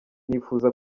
nifuza